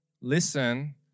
listen